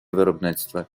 виробництва